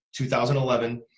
2011